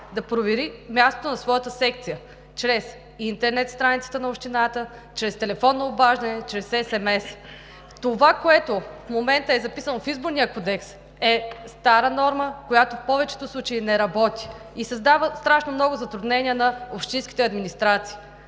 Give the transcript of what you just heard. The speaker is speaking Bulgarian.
да провери мястото на своята секция чрез интернет страницата на общината, чрез телефонно обаждане, чрез... Това, което в момента е записано в Изборния кодекс, е стара норма, която в повечето случаи не работи и създава страшно много затруднения на общинските администрации.